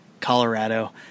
Colorado